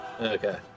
Okay